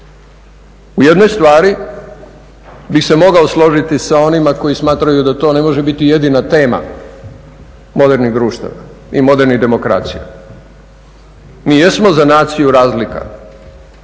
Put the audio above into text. U jednoj stvari bih se mogao složiti sa onima koji smatraju da to ne može biti jedina tema modernih društava i modernih demokracija. Mi jesmo za naciju razlika,